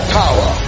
power